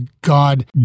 God